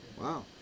Wow